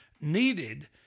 needed